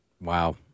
Wow